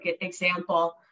example